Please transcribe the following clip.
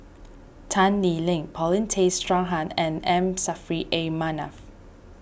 Tan Lee Leng Paulin Tay Straughan and M Saffri A Manaf